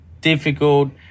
difficult